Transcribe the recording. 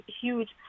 huge